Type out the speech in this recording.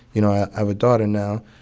you know, i have a daughter now.